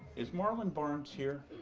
is marlon barnes here?